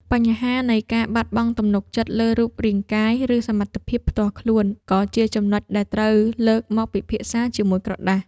បញ្ហានៃការបាត់បង់ទំនុកចិត្តលើរូបរាងកាយ ឬសមត្ថភាពផ្ទាល់ខ្លួន ក៏ជាចំណុចដែលត្រូវលើកមកពិភាក្សាជាមួយក្រដាស។